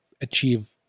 achieve